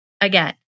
again